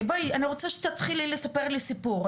בואי, אני רוצה שתתחילי לספר לי סיפור.